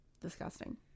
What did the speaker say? Disgusting